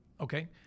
Okay